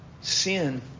Sin